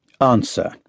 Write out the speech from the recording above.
answer